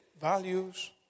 values